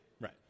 right